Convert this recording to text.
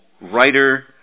writer